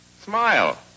Smile